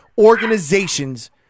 organizations